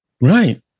Right